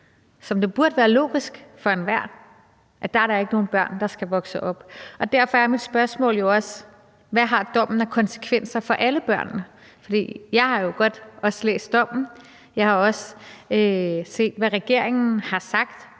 det burde være logisk for enhver at der ikke er nogen børn der skal vokse op. Derfor er mit spørgsmål jo også: Hvad har dommen af konsekvenser for alle børnene? For jeg har jo også godt læst dommen. Jeg har også set, hvad regeringen har sagt,